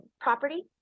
property